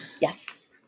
yes